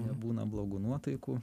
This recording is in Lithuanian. nebūna blogų nuotaikų